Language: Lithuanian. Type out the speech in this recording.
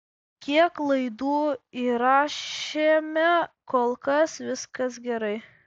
kiek laidų įrašėme kol kas viskas gerai